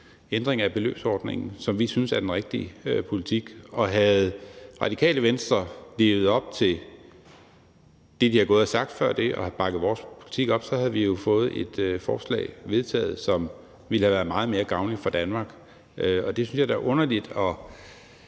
ændring af beløbsordningen, som vi synes er den rigtige politik. Og havde Radikale Venstre levet op til det, de har gået og sagt før, og bakket vores politik op, så havde vi jo fået et forslag vedtaget, som ville have været meget mere gavnligt for Danmark, og jeg synes da, det er underligt